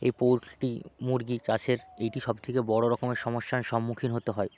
এই পোল্ট্রি মুরগি চাষের এইটি সবথেকে বড়ো রকমের সমস্যার সম্মুখীন হতে হয়